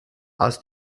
aus